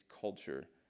culture